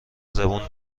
زبون